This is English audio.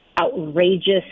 outrageous